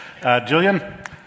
Jillian